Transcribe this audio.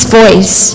voice